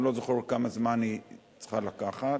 אני לא זוכר כמה זמן היא צריכה לקחת,